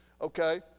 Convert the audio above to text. Okay